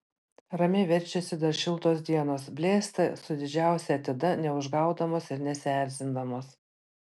ramiai verčiasi dar šiltos dienos blėsta su didžiausia atida neužgaudamos ir nesierzindamos